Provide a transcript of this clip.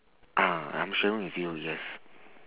ah I'm sharing with you yes